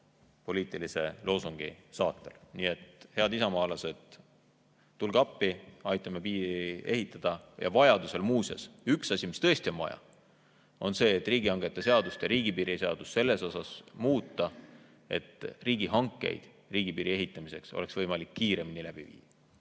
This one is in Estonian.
hocpoliitilise loosungi saatel. Nii et, head isamaalased, tulge appi, aitame piiri ehitada! Muuseas, üks asi, mida tõesti on vaja teha, on see, et riigihangete seadust ja riigipiiri seadust selles osas muuta, et riigihankeid riigipiiri ehitamiseks oleks võimalik kiiremini läbi viia.